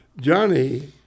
Johnny